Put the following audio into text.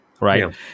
right